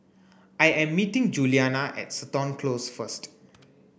I am meeting Juliana at Seton Close first